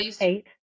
eight